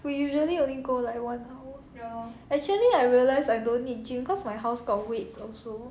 we usually only go like one hour actually I realise I don't need gym cause my house got weights also